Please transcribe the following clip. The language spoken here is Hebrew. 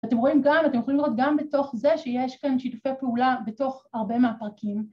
‫אתם רואים גם, אתם יכולים לראות ‫גם בתוך זה שיש כאן שיתופי פעולה ‫בתוך הרבה מהפרקים.